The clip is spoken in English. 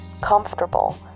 comfortable